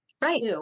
Right